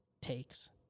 takes